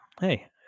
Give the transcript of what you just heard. Hey